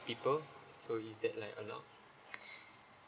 people so is that like allowed